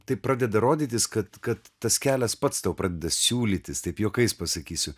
taip pradeda rodytis kad kad tas kelias pats tau pradeda siūlytis taip juokais pasakysiu